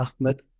Ahmed